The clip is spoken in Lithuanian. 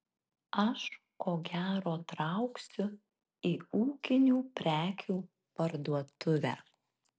aš ko gero trauksiu į ūkinių prekių parduotuvę